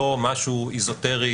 לא משהו אזוטרי,